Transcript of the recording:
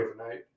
overnight